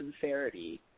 sincerity